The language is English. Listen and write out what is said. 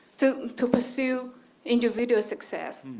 to to pursue individual success.